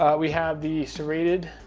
we have the serrated,